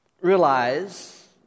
realize